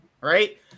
right